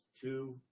two